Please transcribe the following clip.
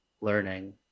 learning